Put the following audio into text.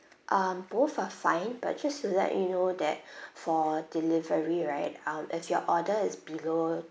um both are fine but just to let you know that for delivery right um if your order is below